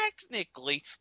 technically